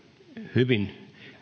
hyvin